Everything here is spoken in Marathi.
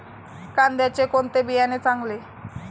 कांद्याचे कोणते बियाणे चांगले?